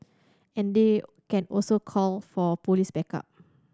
and they can also call for police backup